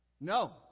No